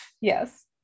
Yes